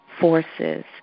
forces